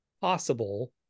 possible